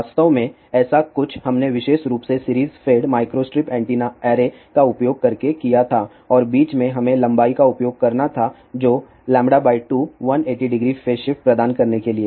वास्तव में ऐसा कुछ हमने विशेष रूप से series fed microstrip antenna array का उपयोग करके किया था और बीच में हमें लंबाई का उपयोग करना था जो था λ 2 1800 फेज शिफ्ट प्रदान करने के लिए